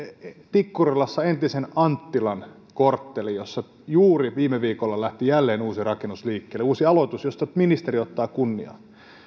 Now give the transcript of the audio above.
tikkurilasta entisen anttilan korttelin jossa juuri viime viikolla lähti jälleen uusi rakennus liikkeelle uusi aloitus josta ministeri ottaa kunniaa